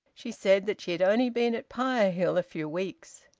she said that she had only been at pirehill a few weeks.